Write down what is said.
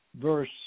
verse